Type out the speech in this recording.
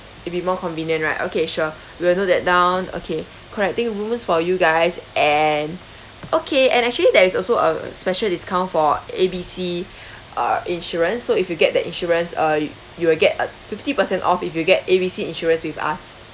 it'd be more convenient right okay sure will note that down okay connecting rooms for you guys and okay and actually there is also a special discount for A B C uh insurance so if you get the insurance uh you will get a fifty percent off if you get A B C insurance with us